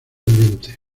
ambiente